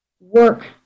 work